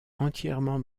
entièrement